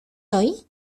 hoy